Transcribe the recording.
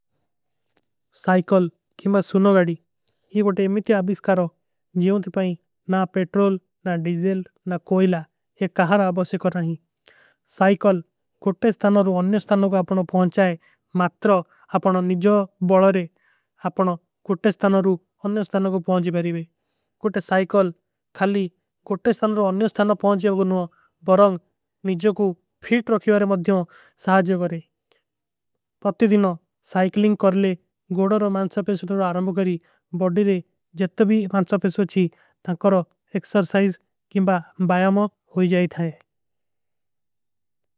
ସାଇକଲ କିମା ସୁନୋ ଗଡୀ ଯେ କୋଟେ ଏମିତ୍ଯା ଅବିସ୍କାରୋ ଜୀଵନ୍ତେ ପାଈ। ନା ପେଟ୍ରୋଲ ନା ଡିଜଲ ନା କୋଈଲା ଯେ କହାର ଆବସେ କର ରହୀ ସାଇକଲ। କୋଟେ ସ୍ଥାନୋର ଅନ୍ଯ ସ୍ଥାନୋର କୋ ଅପନୋ ପହୁଂଚାଏ ମାତ୍ରଓ ଅପନୋ ନିଜଵ। ବଲରେ ଅପନୋ କୋଟେ ସ୍ଥାନୋର ଅନ୍ଯ ସ୍ଥାନୋର କୋ ପହୁଂଚାଏ କୋଟେ ସାଇକଲ। ଖାଲୀ କୋଟେ ସ୍ଥାନୋର ଅନ୍ଯ ସ୍ଥାନୋର ପହୁଂଚାଏ ଵଗନୁଵା ବରଂଗ ନିଜଵ କୋ। ଫିଲ୍ଟ ରଖିଵାରେ ମଧ୍ଯମ ସହାଜ ରହେ ପତ୍ଯ ଦିନ ସାଇକଲିଂଗ କରଲେ ଗୋଡା। ରୋ ମାଂସା ପେସୋଚୀ ରୋ ଆରାମବୋଗରୀ ବୋଡୀ ରେ ଜତ ଭୀ ମାଂସା ପେସୋଚୀ ଥା। କରୋ ଏକସର୍ସାଈଜ କିମବା ବାଯା ମାଁ ହୋଈ ଜାଏ ଥାଏ।